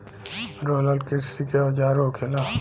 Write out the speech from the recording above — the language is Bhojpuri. रोलर किरसी के औजार होखेला